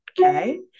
Okay